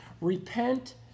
Repent